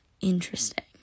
interesting